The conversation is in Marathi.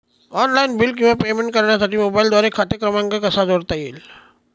ऑनलाईन बिल किंवा पेमेंट करण्यासाठी मोबाईलद्वारे खाते क्रमांक कसा जोडता येईल?